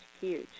huge